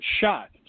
shot